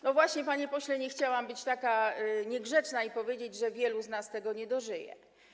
No właśnie, panie pośle, nie chciałam być taka niegrzeczna i powiedzieć, że wielu z nas tego nie dożyje.